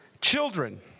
Children